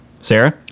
Sarah